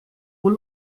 full